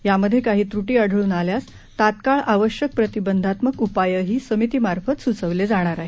यामध्ये काही त्रीीआढळून आल्यास तात्काळ आवश्यक प्रतिबंधात्मक उपायही समितीमार्फत सुचविले जाणार आहेत